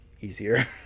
easier